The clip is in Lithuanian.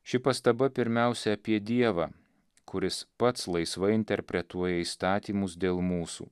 ši pastaba pirmiausia apie dievą kuris pats laisvai interpretuoja įstatymus dėl mūsų